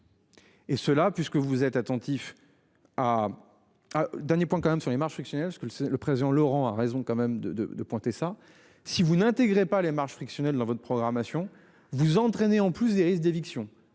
Et cela, puisque vous êtes attentif. À. Dernier point quand même sur les marges frictionnel parce que c'est le président Laurent a raison quand même de de de pointer ça si vous n'intégrait pas les marges frictionnel dans votre programmation vous entraîner en plus des risques d'éviction,